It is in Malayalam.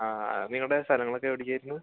ആ നിങ്ങടെ സ്ഥലങ്ങളൊക്കെ എവിടെയൊക്കെ ആയിരുന്നു